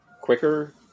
quicker